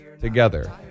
together